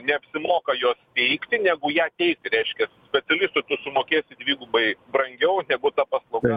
neapsimoka jos teikti negu ją teikti reiškia specialistui tu sumokėsi dvigubai brangiau negu ta paslauga